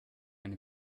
eine